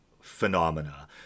phenomena